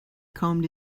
combed